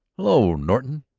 hello, norton,